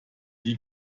die